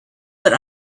that